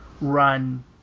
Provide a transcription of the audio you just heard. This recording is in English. run